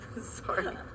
Sorry